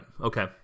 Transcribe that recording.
Okay